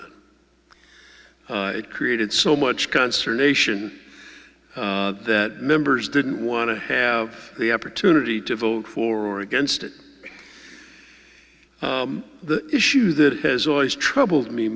it created so much consternation that members didn't want to have the opportunity to vote for or against it the issue that has always troubled me